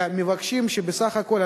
מבקשים שבסך הכול,